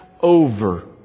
over